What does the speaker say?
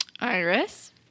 Iris